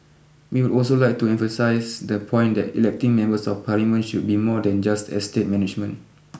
we would also like to emphasise the point that electing Members of Parliament should be more than just estate management